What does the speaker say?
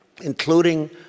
including